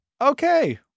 Okay